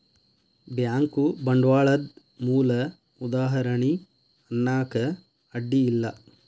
bank ಬಂಡ್ವಾಳದ್ ಮೂಲ ಉದಾಹಾರಣಿ ಅನ್ನಾಕ ಅಡ್ಡಿ ಇಲ್ಲಾ